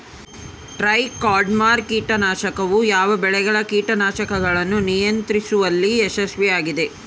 Trichoderma ಕೇಟನಾಶಕವು ಯಾವ ಬೆಳೆಗಳ ಕೇಟಗಳನ್ನು ನಿಯಂತ್ರಿಸುವಲ್ಲಿ ಯಶಸ್ವಿಯಾಗಿದೆ?